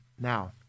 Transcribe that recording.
now